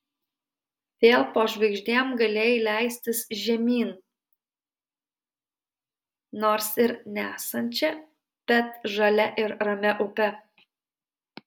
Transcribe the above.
vėl po žvaigždėm galėjai leistis žemyn nors ir nesančia bet žalia ir ramia upe